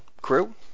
crew